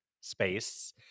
space